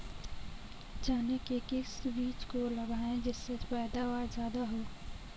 चने के किस बीज को लगाएँ जिससे पैदावार ज्यादा हो?